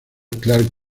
clark